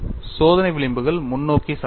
சோதனை விளிம்புகள் முன்னோக்கி சாய்ந்தன